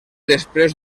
després